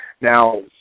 Now